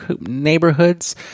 neighborhoods